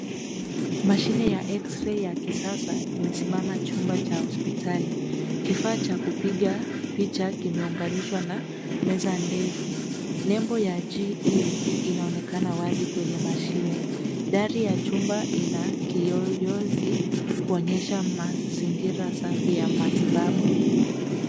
Mashine ya X-ray ya kisasa imesimama chumba cha hospitali. Kifaa cha kupiga picha kimeunganishwa na meza ndefu. Nembo ya GE inaonekana wazi kwenye mashine. Dari ya chumba ina kiyoyozi kuonyesha mazingira safi ya matibabu.